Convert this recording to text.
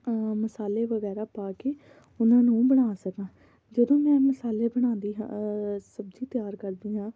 ਮਸਾਲੇ ਵਗੈਰਾ ਪਾ ਕੇ ਉਹਨਾਂ ਨੂੰ ਬਣਾ ਸਕਾਂ ਜਦੋਂ ਮੈਂ ਮਸਾਲੇ ਬਣਾਉਂਦੀ ਹਾਂ ਸਬਜ਼ੀ ਤਿਆਰ ਕਰਦੀ ਹਾਂ